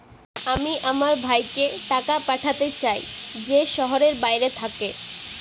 আমি আমার ভাইকে টাকা পাঠাতে চাই যে শহরের বাইরে থাকে